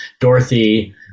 Dorothy